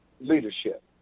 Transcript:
leadership